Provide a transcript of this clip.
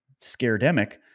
scaredemic